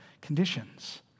conditions